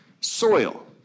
soil